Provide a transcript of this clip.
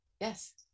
Yes